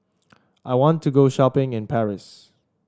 I want to go shopping in Paris